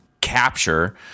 capture